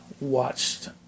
watched